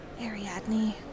Ariadne